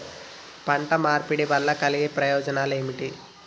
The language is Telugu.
పంట మార్పిడి వల్ల కలిగే ప్రయోజనాలు ఏమిటి?